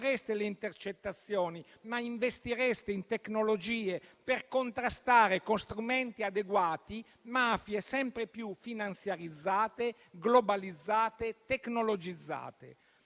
non colpireste le intercettazioni, ma investireste in tecnologie per contrastare, con strumenti adeguati, mafie sempre più finanziarizzate, globalizzate e tecnologizzate.